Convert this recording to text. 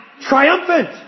triumphant